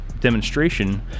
Demonstration